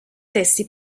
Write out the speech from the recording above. testi